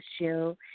show